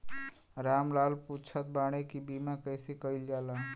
राम लाल पुछत बाड़े की बीमा कैसे कईल जाला?